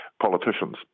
politicians